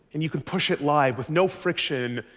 and you can push it live with no friction,